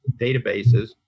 databases